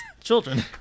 children